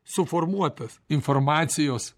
suformuotas informacijos